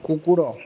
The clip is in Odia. କୁକୁର